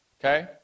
okay